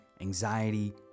anxiety